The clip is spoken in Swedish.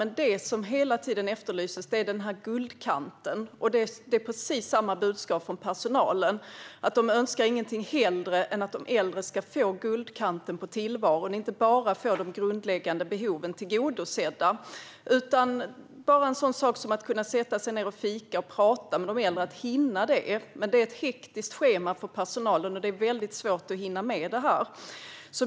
Men det som hela tiden efterlyses är guldkanten. Precis samma budskap fick jag av personalen. De önskar inget hellre än att de äldre ska få en guldkant på tillvaron och inte bara få de grundläggande behoven tillgodosedda. Det handlar om bara en sådan sak som att hinna sitta ned och fika och prata med de äldre. Men personalen har ett hektiskt schema, och det är väldigt svårt att hinna med detta.